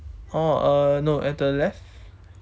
oh uh no at the left